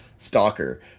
stalker